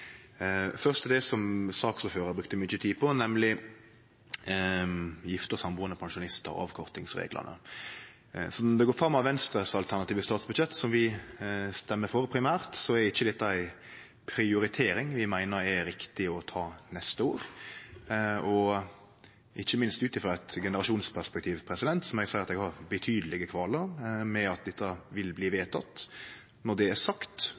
det som saksordføraren brukte mykje tid på, nemleg gifte og sambuande pensjonistar og avkortingsreglane: Som det går fram av Venstres alternative statsbudsjett, som vi stemte for primært, er ikkje dette ei prioritering vi meiner er riktig å ta neste år. Ikkje minst ut frå eit generasjonsperspektiv må eg seie at eg har betydelege kvalar med at dette vil bli vedteke. Når det er sagt,